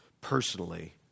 personally